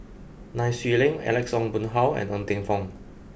Nai Swee Leng Alex Ong Boon Hau and Ng Teng Fong